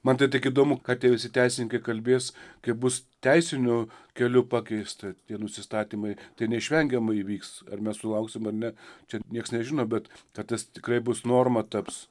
man tai tik įdomu ką tie visi teisininkai kalbės kai bus teisiniu keliu pakeista tie nusistatymai tai neišvengiamai įvyks ar mes sulauksim ar ne čia nieks nežino bet kad tas tikrai bus norma taps